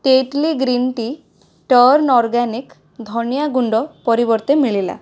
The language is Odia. ଟେଟ୍ଲୀ ଗ୍ରୀନ୍ ଟି ଟର୍ନ୍ ଅର୍ଗାନିକ୍ ଧନିଆ ଗୁଣ୍ଡ ପରିବର୍ତ୍ତେ ମିଳିଲା